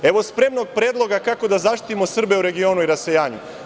Evo spremnog predloga kako da zaštitimo Srbije u regionu i rasejanju.